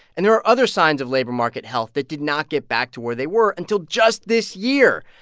and there are other signs of labor market health that did not get back to where they were until just this year.